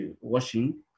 washing